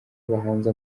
bahanze